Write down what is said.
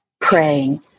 praying